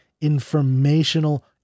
informational